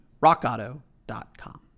rockauto.com